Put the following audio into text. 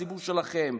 ציבור שלכם,